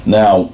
now